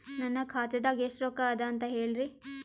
ನನ್ನ ಖಾತಾದಾಗ ಎಷ್ಟ ರೊಕ್ಕ ಅದ ಅಂತ ಹೇಳರಿ?